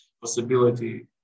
possibility